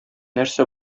нәрсә